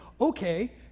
okay